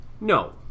No